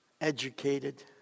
educated